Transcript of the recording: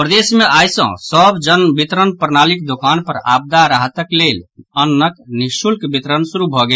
प्रदेश मे आइ सँ सभ जन वितरण प्रणालीक दोकान पर आपदा राहतक लेल अन्नक निःशुल्क वितरण शुरू भऽ गेल